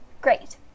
great